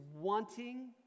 wanting